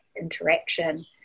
interaction